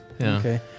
Okay